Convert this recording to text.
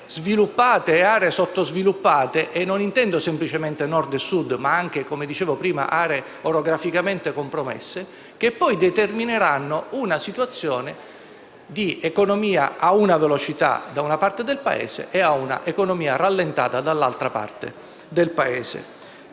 sviluppate e aree sottosviluppate - e non intendo semplicemente Nord e Sud ma anche, come dicevo prima, aree orograficamente compromesse - che determinerà una situazione di economia a una velocità da una parte del Paese e di un'economia rallentata dall'altra parte.